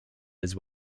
his